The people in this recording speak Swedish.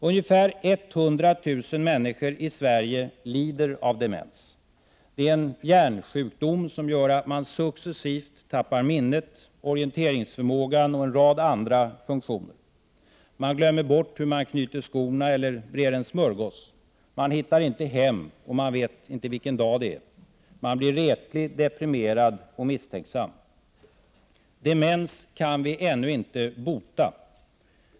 Ungefär 100 000 människor i Sverige lider av demens. Det är en hjärnsjukdom som gör att man successivt tappar minnet, orienteringsförmågan och en rad andra funktioner. Man glömmer bort hur man knyter skorna eller breder en smörgås. Man hittar inte hem, och man vet inte vilken dag det är. Man blir retlig, deprimerad och misstänksam. Demens kan vi ännu inte bota.